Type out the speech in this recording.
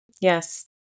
Yes